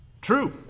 True